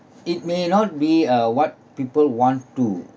it may not be uh what people want to